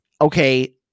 Okay